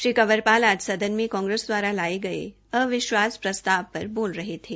श्री कंवरपाल आज सदन में कांग्रेस दवारा लाए गए अविश्वास प्रस्ताव पर बाल रहे थे